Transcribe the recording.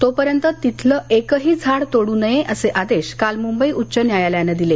तोपर्यंत तिथलं एकही झाड तोडू नये असे आदेश काल मुंबई उच्च न्यायालयानं दिले